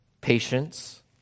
patience